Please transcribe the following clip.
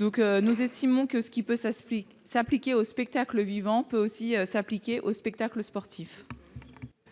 Nous estimons que ce qui peut s'appliquer au spectacle vivant peut aussi s'appliquer au spectacle sportif.